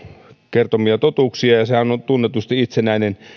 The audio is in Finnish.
kertomia totuuksia ja sehän on tunnetusti itsenäinen